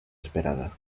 esperada